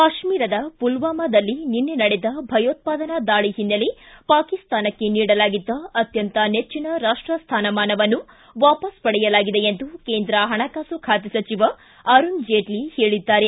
ಕಾಶ್ಮೀರದ ಪುಲ್ವಾಮಾದಲ್ಲಿ ನಡೆದ ಭಯೋತ್ವಾದನಾ ದಾಳಿ ಹಿನ್ನೆಲೆ ಪಾಕಿಸ್ತಾನಕ್ಕೆ ನೀಡಲಾಗಿದ್ದ ಅತ್ಯಂತ ನೆಚ್ಚಿನ ರಾಷ್ಟ ಸ್ಥಾನಮಾನವನ್ನು ವಾಪಸ್ ಪಡೆಯಲಾಗಿದೆ ಎಂದು ಕೇಂದ್ರ ಹಣಕಾಸು ಖಾತೆ ಸಚಿವ ಅರುಣ್ ಜೇಟ್ಲ ಹೇಳಿದ್ದಾರೆ